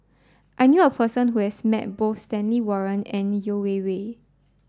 I knew a person who has met both Stanley Warren and Yeo Wei Wei